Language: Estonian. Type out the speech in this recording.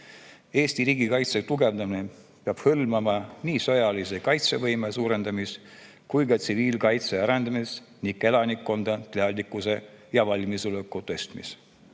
Eesti riigikaitse tugevdamine peab hõlmama nii sõjalise kaitsevõime suurendamist kui ka tsiviilkaitse arendamist ning elanikkonna teadlikkuse ja valmisoleku tõstmist.